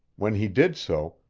when he did so,